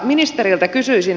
ministeriltä kysyisin